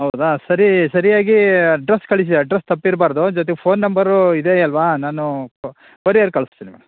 ಹೌದಾ ಸರಿ ಸರಿಯಾಗಿ ಅಡ್ರೆಸ್ ಕಳಿಸಿ ಅಡ್ರೆಸ್ ತಪ್ಪಿರಬಾರ್ದು ಜೊತೆಗ್ ಫೋನ್ ನಂಬರು ಇದೇ ಅಲ್ಲವ ನಾನು ಕೊರಿಯರ್ ಕಳಿಸ್ತೀನಿ ಮೇಡಮ್